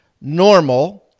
normal